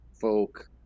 folk